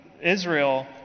Israel